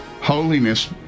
holiness